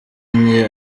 njye